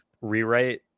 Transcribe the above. Rewrite